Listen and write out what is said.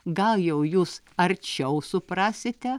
gal jau jūs arčiau suprasite